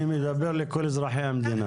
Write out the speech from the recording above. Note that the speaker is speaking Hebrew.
אני מדבר לכל אזרחי המדינה.